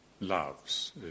loves